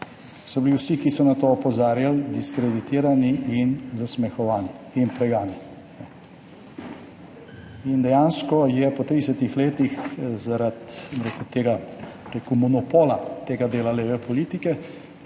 so bili vsi, ki so na to opozarjali, diskreditirani, zasmehovani in preganjani. Dejansko je po 30 letih zaradi tega, bi rekel, monopola tega dela leve politike